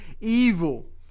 evil